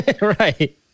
Right